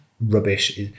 rubbish